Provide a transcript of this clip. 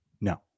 No